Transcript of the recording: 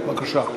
בבקשה.